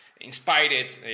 inspired